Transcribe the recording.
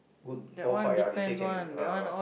good four fight ah they say can uh